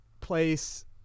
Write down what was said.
place